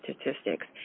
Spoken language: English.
statistics